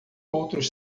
outros